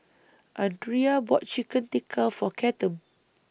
Andria bought Chicken Tikka For Cathern